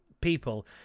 people